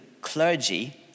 clergy